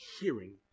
hearing